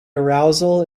arousal